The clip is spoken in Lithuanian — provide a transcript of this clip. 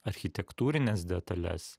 architektūrines detales